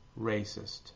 racist